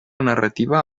narrativa